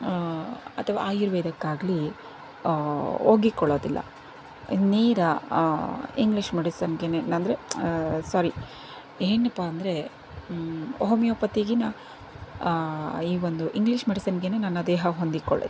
ಅಥವಾ ಆಯುರ್ವೇದಕ್ಕಾಗಲಿ ಒಗ್ಗಿಕೊಳ್ಳೋದಿಲ್ಲ ನೇರ ಇಂಗ್ಲೀಷ್ ಮೆಡಿಸನ್ಗೆ ಅಂದರೆ ಸಾರಿ ಏನಪ್ಪಾ ಅಂದರೆ ಹೋಮಿಯೋಪತಿಗಿನ ಈ ಒಂದು ಇಂಗ್ಲೀಷ್ ಮೆಡಿಸನ್ಗೆ ನನ್ನ ದೇಹ ಹೊಂದಿಕೊಳ್ಳುತ್ತೆ